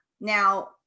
Now